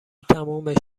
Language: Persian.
تموم